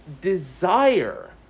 desire